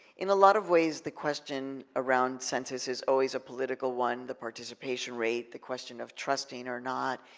in a lot of ways, the question around census is always a political one. the participation rate. the question of trusting or not.